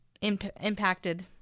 impacted